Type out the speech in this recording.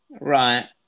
Right